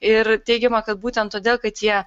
ir teigiama kad būtent todėl kad jie